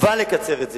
חובה לקצר את זה.